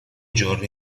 giorni